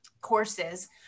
courses